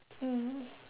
mm